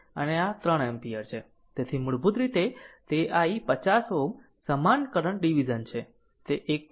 તેથી મૂળભૂત રીતે તે i 50 Ω સમાન કરંટ ડીવીઝન છે તે 1